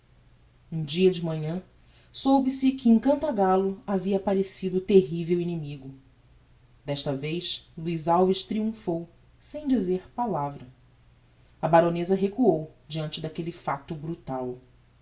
um dia de manhã soube se que em cantagallo havia apparecido o terrível inimigo desta vez luiz alves triumphou sem dizer palavra a baroneza recuou deante daquelle facto brutal